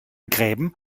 gräben